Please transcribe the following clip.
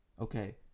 Okay